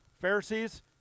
Pharisees